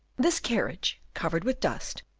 this carriage, covered with dust,